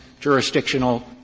jurisdictional